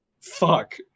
fuck